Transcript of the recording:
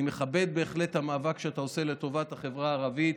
אני מכבד בהחלט את המאבק שאתה עושה לטובת החברה הערבית.